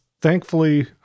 Thankfully